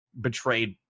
betrayed